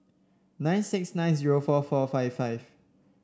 nine seven nine zero four four five five